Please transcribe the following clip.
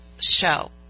show